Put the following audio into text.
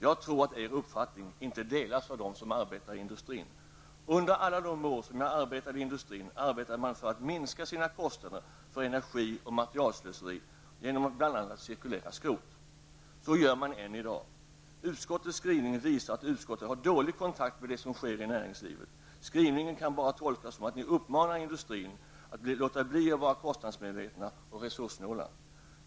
Jag tror inte att er uppfattning delas av dem som arbetar inom industrin. Under alla de år jag arbetade inom industrin arbetade man för att minska sina kostnader för energi och materialslöseri genom att bl.a. cirkulera skrot. Så gör man än i dag. Utskottets skrivning visar att utskottet har dålig kontakt med det som sker i näringslivet. Skrivningen kan bara tolkas så, att ni uppmanar människor inom industrin att låta bli att vara kostnadsmedvetna och resurssnåla.